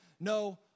no